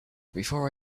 before